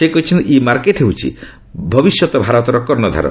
ସେ କହିଛନ୍ତି e market ହେଉଛି ଭବିଷ୍ୟତ ଭାରତର କର୍ଣ୍ଣଧାର